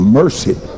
mercy